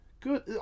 Good